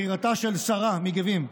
בחירתה של שרה מגבים,